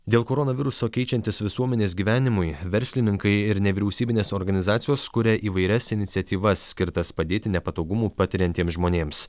dėl koronaviruso keičiantis visuomenės gyvenimui verslininkai ir nevyriausybinės organizacijos kuria įvairias iniciatyvas skirtas padėti nepatogumų patiriantiems žmonėms